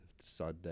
Sunday